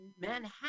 Manhattan